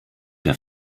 der